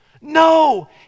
No